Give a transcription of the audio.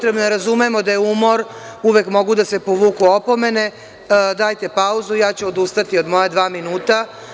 Razumemo da je umor, i uvek mogu da se povuku opomene, dajte pauzu, a ja ću odustati od moja dva minuta.